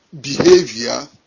behavior